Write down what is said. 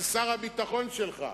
על שר הביטחון שלך.